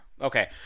Okay